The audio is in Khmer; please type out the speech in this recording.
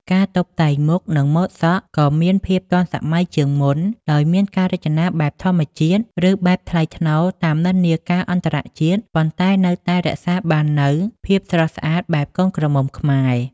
ការតុបតែងមុខ និងម៉ូតសក់ក៏មានភាពទាន់សម័យជាងមុន ដោយមានការរចនាបែបធម្មជាតិ ឬបែបថ្លៃថ្នូរតាមនិន្នាការអន្តរជាតិ ប៉ុន្តែនៅតែរក្សាបាននូវភាពស្រស់ស្អាតបែបកូនក្រមុំខ្មែរ ។